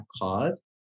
cause